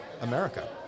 America